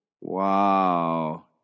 Wow